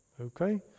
okay